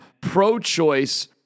pro-choice